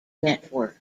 network